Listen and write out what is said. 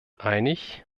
einig